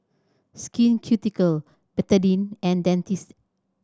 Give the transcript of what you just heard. Skin Ceuticals Betadine and Dentiste